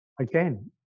again